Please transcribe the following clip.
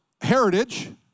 heritage